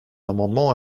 amendement